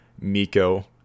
Miko